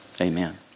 Amen